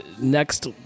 next